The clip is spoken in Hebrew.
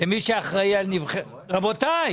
הנושא של נבחרת הדירקטורים.